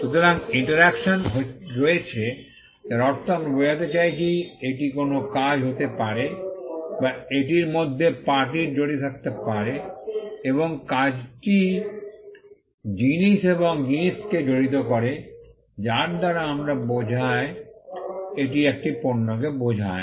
সুতরাং একটি ইন্টারকেশন রয়েছে যার অর্থ আমরা বোঝাতে চাইছি এটি কোনও কাজ হতে পারে বা এটির মধ্যে পার্টির জড়িত থাকতে পারে এবং সেই কাজটি জিনিস এবং জিনিসকে জড়িত করে যার দ্বারা আমরা বোঝায় এটি একটি পণ্যকে বোঝায়